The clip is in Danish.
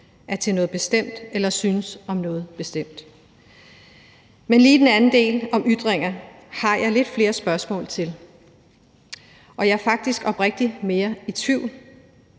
er til noget bestemt eller synes om noget bestemt. Men lige til den anden del om ytringer har jeg lidt flere spørgsmål til, og jeg er faktisk oprigtigt mere i tvivl